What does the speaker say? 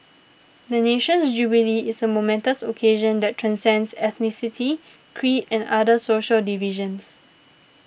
the nation's jubilee is a momentous occasion that transcends ethnicity creed and other social divisions